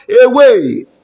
away